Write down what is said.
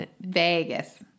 Vegas